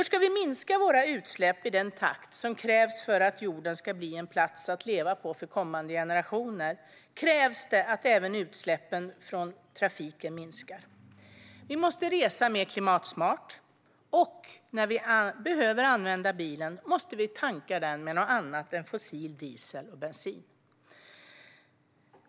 Ska vi minska våra utsläpp i den takt som krävs för att jorden ska bli en plats att leva på för kommande generationer krävs det att även utsläppen från trafiken minskar. Vi måste resa mer klimatsmart. Och när vi behöver använda bilen måste vi tanka den med något annat än fossil diesel och bensin.